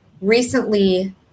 recently